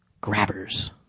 Grabbers